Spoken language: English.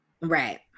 Right